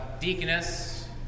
Deaconess